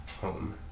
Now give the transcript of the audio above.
home